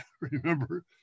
remember